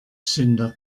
cinder